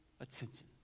attention